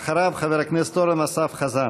אחריו, חבר הכנסת אורן אסף חזן.